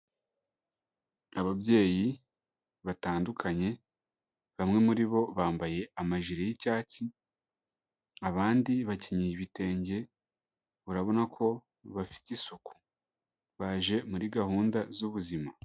Ababyeyi batandukanye, bamwe muri bo bambaye amajiri y'icyatsi, abandi bakenyeye ibitenge urabona ko bafite isuku. Baje muri gahunda z'ubuzima.